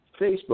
Facebook